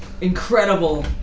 incredible